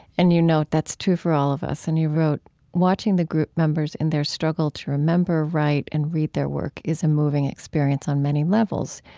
and you note that's true for all of us. and you wrote watching the group members in their struggle to remember right and read their work is a moving experience on many levels.